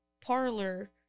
parlor